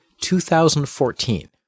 2014